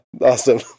Awesome